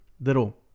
little